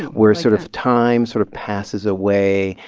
where sort of time sort of passes away.